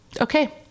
Okay